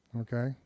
Okay